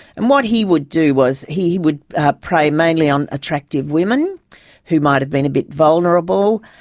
and what he would do was, he would prey mainly on attractive women who might have been a bit vulnerable.